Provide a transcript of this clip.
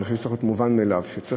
אני חושב שזה צריך להיות מובן מאליו שצריך